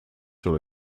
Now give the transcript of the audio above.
sur